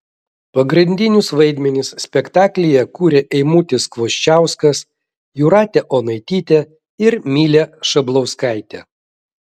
pagrindinius vaidmenis spektaklyje kuria eimutis kvoščiauskas jūratė onaitytė ir milė šablauskaitė